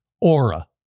Aura